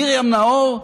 מרים נאור,